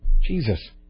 Jesus